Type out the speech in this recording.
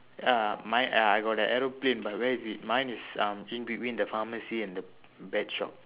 ya mine ya I got the aeroplane but where is it mine is uh in between the pharmacy and the pet shop